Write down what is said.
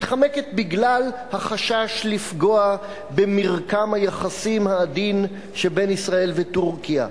מתחמקת "בגלל החשש לפגוע במרקם היחסים העדין שבין ישראל וטורקיה".